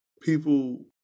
people